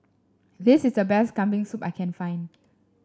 this is the best Kambing Soup I can find